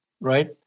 right